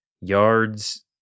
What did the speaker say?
yards